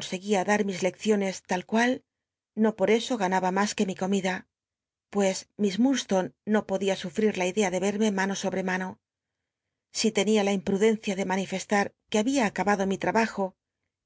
cguia tlar mis letcioi'ics tal cual no por eso ganaba mas que mi comilla pues miss lfudslonc no podía sufrir la idea de verme mano sobc mano si tenia la imprudenc ia de manifestar que había acabado mi trabajo